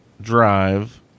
drive